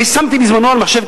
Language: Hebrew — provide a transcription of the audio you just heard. שמתי בזמנו על מחשב,